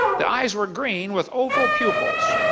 the eyes were green with oval pupils.